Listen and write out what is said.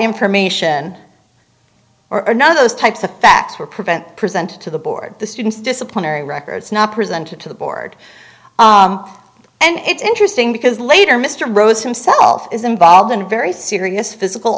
information or none of those types of facts were prevent present to the board the student's disciplinary records not presented to the board and it's interesting because later mr rose himself is involved in a very serious physical